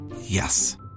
Yes